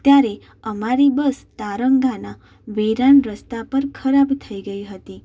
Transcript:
ત્યારે અમારી બસ તારંગાના વેરાન રસ્તા પર ખરાબ થઈ ગઈ હતી